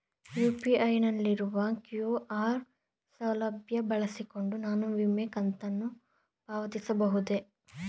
UPI ನಲ್ಲಿರುವ QR ಸೌಲಭ್ಯ ಬಳಸಿಕೊಂಡು ನಾನು ವಿಮೆ ಕಂತನ್ನು ಪಾವತಿಸಬಹುದೇ?